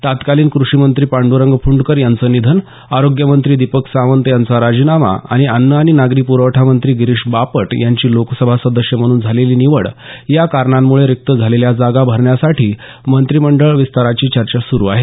तत्कालीन कृषिमंत्री पांडरंग फुंडकर यांचं निधन आरोग्यमत्री दीपक सावंत यांचा राजीनामा आणि अन्न आणि नागरी प्रवठा मंत्री गिरीश बापट यांची लोकसभा सदस्य म्हणून झालेली निवड या कारणांमुळे रिक्त झालेल्या जागा भरण्यासाठी मंत्रीमंडळ विस्ताराची चर्चा सुरू आहे